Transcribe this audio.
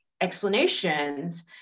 explanations